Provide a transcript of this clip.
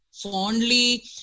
fondly